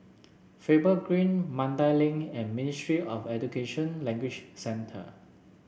Faber Green Mandai Link and Ministry of Education Language Centre